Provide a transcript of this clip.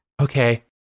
Okay